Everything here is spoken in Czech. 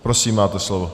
Prosím, máte slovo.